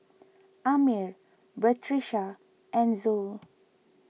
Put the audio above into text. Ammir Batrisya and Zul